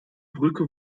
brücke